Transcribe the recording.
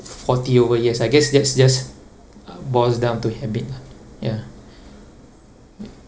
forty over years I guess that's just boils down to habit lah ya ya